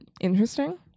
interesting